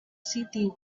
sitting